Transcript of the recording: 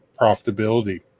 profitability